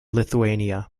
lithuania